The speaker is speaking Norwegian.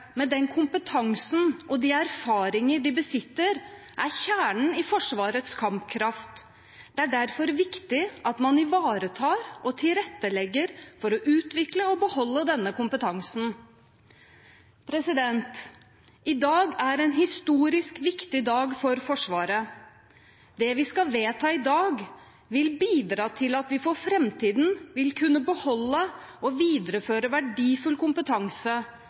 den kompetansen og de erfaringer de besitter, er kjernen i Forsvarets kampkraft. Det er derfor viktig at man ivaretar og tilrettelegger for å utvikle og beholde denne kompetansen. I dag er en historisk viktig dag for Forsvaret. Det vi skal vedta i dag, vil bidra til at vi for framtiden vil kunne beholde og videreføre verdifull kompetanse